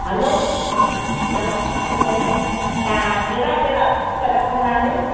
हलो चङो तव्हां कहिड़ा कहिड़ा फ्रूट रखंदा आहियो